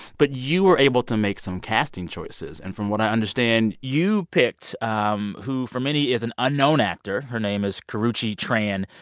but you were able to make some casting choices. and from what i understand, you picked, um who, for many, is an unknown actor. her name is karrueche tran.